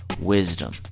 wisdom